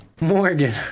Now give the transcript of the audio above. Morgan